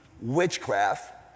witchcraft